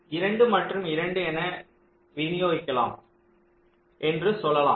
2 மற்றும் 2 என விநியோகிக்கலாம் என்று சொல்லலாம்